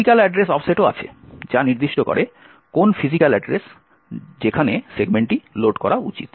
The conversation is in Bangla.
ফিজিক্যাল অ্যাড্রেস অফসেটও আছে যা নির্দিষ্ট করে কোন ফিজিক্যাল অ্যাড্রেস যেখানে সেগমেন্টটি লোড করা উচিত